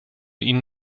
ihnen